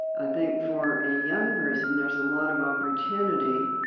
i think for a young person, there's a lot of opportunity.